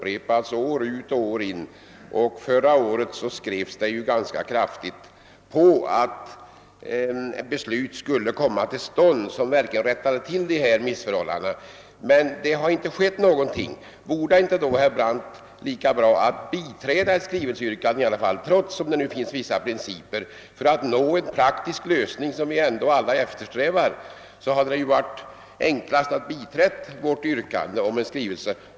Sedan har fönyade utredningar gjorts år efter år, och i fjol sades det ganska kraftigt ifrån att ett beslut som verkligen rättar till missförhållandena bör fattas. Men ingenting har hänt. Vore det inte bättre då, herr Brandt, att trots principerna biträda vårt yrkande om en skrivelse till Kungl. Maj:t, så att vi fick den praktiska lösning på frågan som vi alla eftersträvar? Det vore väl det enklaste.